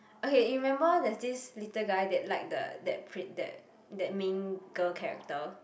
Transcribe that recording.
okay you remember there's this little guy that like the that prin~ that that main girl character